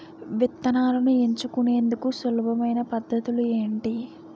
విత్తనాలను ఎంచుకునేందుకు సులభమైన పద్ధతులు ఏంటి?